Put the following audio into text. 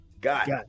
Got